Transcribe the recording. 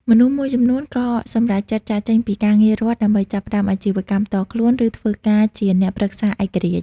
មនុស្សមួយចំនួនក៏សម្រេចចិត្តចាកចេញពីការងាររដ្ឋ ដើម្បីចាប់ផ្តើមអាជីវកម្មផ្ទាល់ខ្លួន ឬធ្វើការជាអ្នកប្រឹក្សាឯករាជ្យ ។